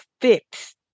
fixed